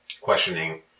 questioning